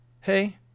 hey